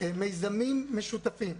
מיזמים משותפים.